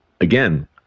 again